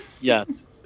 Yes